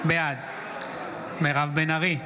בעד מירב בן ארי,